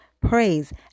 praise